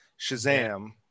Shazam